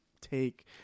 take